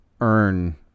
earn